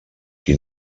qui